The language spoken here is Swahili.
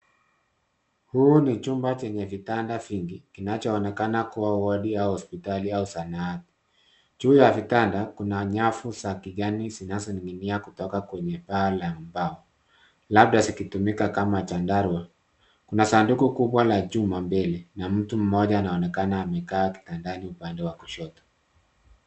Huu ni chumba chenye vitanda vingi kinachoonekana kuwa wodi au hospitali au sanati. Juu ya vitanda kuna nyavu za kigani zinazoninginia yako kutoka kwenye paa la mbao labda zikitumika kama chandarua. Kuna sanduku kubwa la chuma mbele na mtu mmoja anaonekana amekaa kitandani upande wa kushoto.